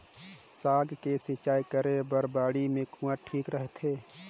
साग के सिंचाई करे बर बाड़ी मे कुआँ ठीक रहथे?